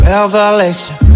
Revelation